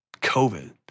COVID